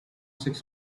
six